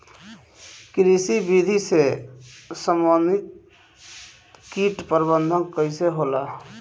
कृषि विधि से समन्वित कीट प्रबंधन कइसे होला?